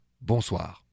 Bonsoir